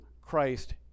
Christ